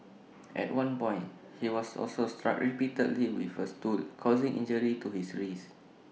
at one point he was also struck repeatedly with A stool causing injury to his wrist